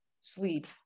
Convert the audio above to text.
sleep